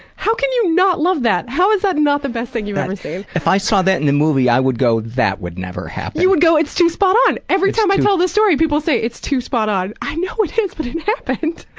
how can you not love that? how is that not the best thing you've ever seen? if i saw that in a movie, i would go, that would never happen. you would go, it's too spot on. every time i tell this story, people say, it's too spot on. i know it is, but it happened.